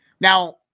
Now